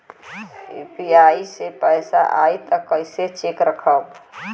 UPI से पैसा आई त कइसे चेक खरब?